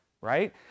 right